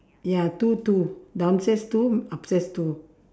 ya two two downstairs two upstairs two